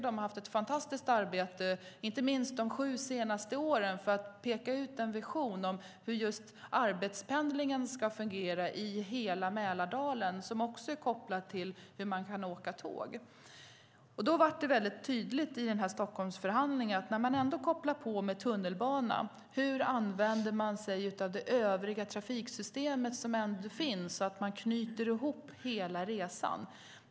De har utfört ett fantastiskt arbete, inte minst de sju senaste åren, med att ta fram en vision om hur arbetspendlingen ska fungera i hela Mälardalen - också kopplat till att åka tåg. Det har blivit tydligt i Stockholmsförhandlingen när tunnelbanan har kopplats till att se på hur man använder sig av det övriga trafiksystemet för att knyta ihop hela resan.